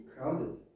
crowded